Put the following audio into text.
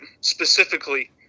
specifically